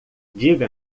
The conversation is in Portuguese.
diga